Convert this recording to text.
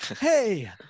hey